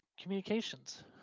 Communications